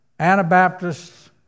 Anabaptists